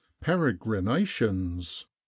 peregrinations